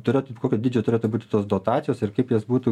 turėtų kokio dydžio turėtų būti tos dotacijos ir kaip jas būtų